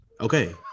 Okay